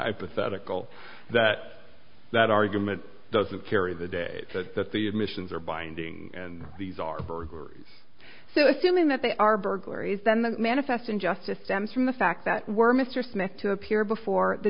hypothetical that that argument doesn't carry the day that the admissions are binding and these are burglaries so assuming that they are burglaries then the manifest injustice stems from the fact that we're mr smith to appear before the